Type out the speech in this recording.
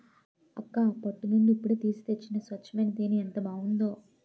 అక్కా పట్టు నుండి ఇప్పుడే తీసి తెచ్చిన స్వచ్చమైన తేనే ఎంత బావుందో